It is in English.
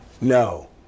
No